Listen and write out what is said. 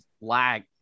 lag